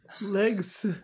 Legs